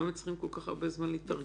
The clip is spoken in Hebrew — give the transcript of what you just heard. למה הם צריכים כל כך הרבה זמן להתארגנות?